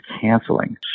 canceling